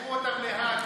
שתשלחו אותם להאג?